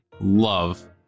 love